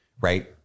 right